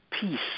peace